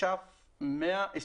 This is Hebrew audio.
בשנת תש"ף 125,500,